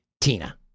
Tina